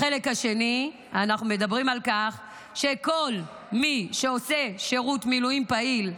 בחלק השני אנחנו מדברים על כך שכל מי שעושה שירות מילואים פעיל,